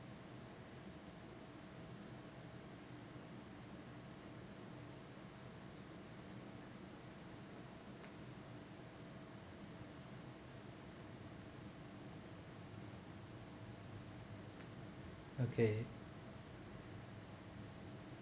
okay